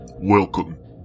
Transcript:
Welcome